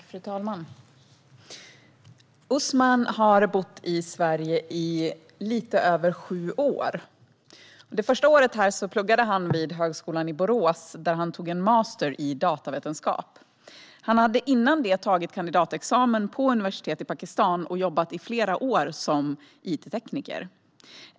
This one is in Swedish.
Fru talman! Usman har bott i Sverige i lite över sju år. Det första året pluggade han vid Högskolan i Borås, där han tog en masterexamen i datavetenskap. Han hade innan dess tagit kandidatexamen på ett universitet i Pakistan och jobbat i flera år som it-tekniker.